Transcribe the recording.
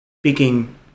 speaking